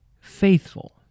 faithful